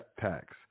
tax